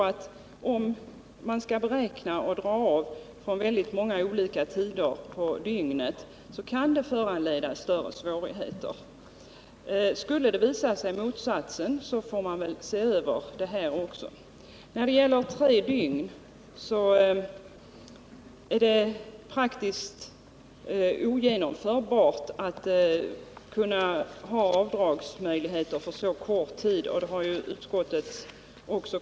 Att beräkna avdraget från väldigt olika tider på dygnet tror jag kan leda till stora svårigheter. Skulle motsatsen visa sig får det väl ske en översyn. I utskottsbetänkandet liksom i propositionen har man kommit till resultatet att det är praktiskt ogenomförbart att medge avdrag på underhållet för så kort tid som tre dygn.